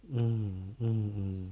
嗯嗯